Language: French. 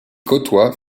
côtoient